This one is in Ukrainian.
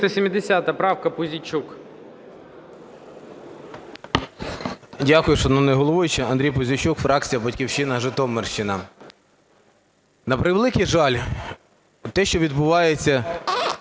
Дякую, шановний головуючий. Андрій Пузійчук, фракція "Батьківщина", Житомирщина. На превеликий жаль, те, що відбувається